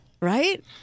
Right